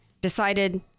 decided